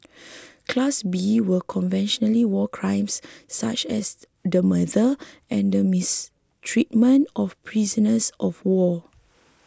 class B were conventional war crimes such as the murder and mistreatment of prisoners of war